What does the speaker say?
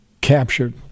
captured